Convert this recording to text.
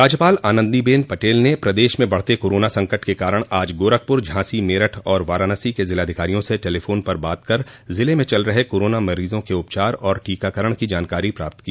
राज्यपाल आनंदीबेन पटेल ने प्रदेश में बढ़ते कोराना संकट के कारण आज गोरखपुर झाँसी मेरठ और वाराणसी के जिलाधिकारियों से टेलीफोन पर बात कर जिले में चल रहे कोरोना मरीजों के उपचार और टीकाकरण की जानकारी प्राप्त की